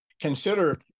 consider